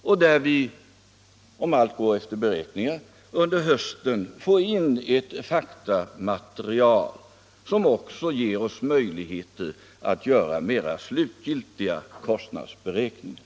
Och då får vi, om allt går efter beräkningarna, under hösten in ett faktamaterial som ger oss möjligheter att göra mera slutgiltiga kostnadsberäkningar.